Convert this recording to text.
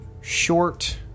short